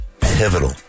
pivotal